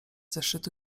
zeszytu